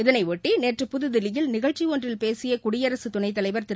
இதனைபொட்டி நேற்று புதுதில்லியில் நிகழ்ச்சி ஒன்றில் பேசிய குடியரசு துணைத்தலைவா் திரு